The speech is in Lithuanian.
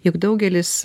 juk daugelis